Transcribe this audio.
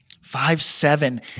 Five-seven